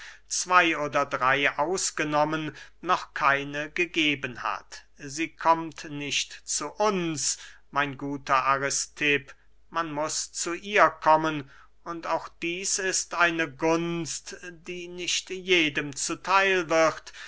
zwey oder drey ausgenommen noch keine gegeben hat sie kommt nicht zu uns mein guter aristipp man muß zu ihr kommen und auch dieß ist eine gunst die nicht jedem zu theil wird